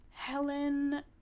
Helen